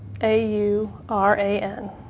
A-U-R-A-N